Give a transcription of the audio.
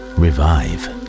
revive